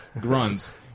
grunts